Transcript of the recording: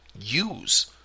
use